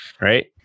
right